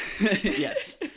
Yes